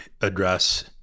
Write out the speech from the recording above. address